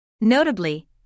Notably